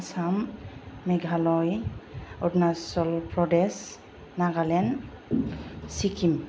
Assam Meghalaya Arunachal Pradesh Nagaland Sikkim